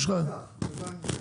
מה שהוא אמר?